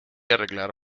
arreglar